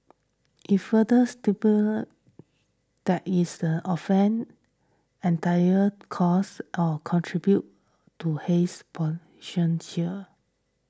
it further stipulates that it is an offence entity cause or contribute to haze pollution here